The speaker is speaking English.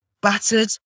Battered